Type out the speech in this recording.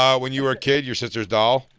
um when you were a kid, your sister's doll?